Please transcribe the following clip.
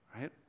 right